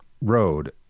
road